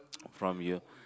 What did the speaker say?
from your